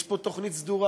יש פה תוכנית סדורה.